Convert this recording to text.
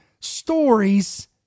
stories